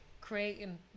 creating